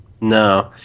No